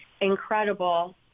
incredible